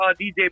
DJ